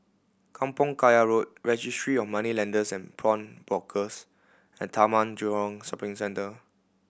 Kampong Kayu Road Registry of Moneylenders and Pawnbrokers and Taman Jurong Shopping Centre